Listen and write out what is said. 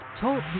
Talk